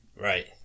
Right